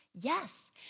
Yes